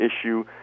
issue